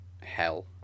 hell